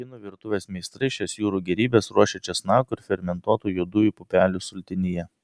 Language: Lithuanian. kinų virtuvės meistrai šias jūrų gėrybes ruošia česnakų ir fermentuotų juodųjų pupelių sultinyje